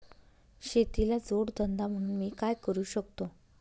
शेतीला जोड धंदा म्हणून मी काय करु शकतो?